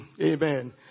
Amen